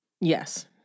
Yes